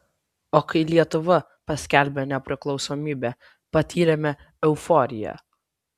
o kai lietuva paskelbė nepriklausomybę patyrėme euforiją